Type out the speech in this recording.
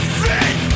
fit